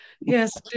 yes